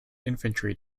infantry